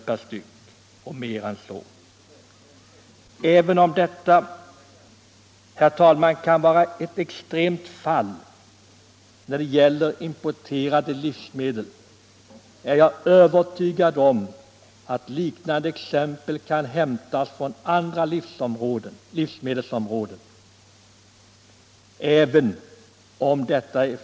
per styck och mer än så. Även om detta, herr talman, kan vara ett extremt fall när det gäller importerade livsmedel är jag övertygad om att liknande exempel kan hämtas från andra livsmedelsområden.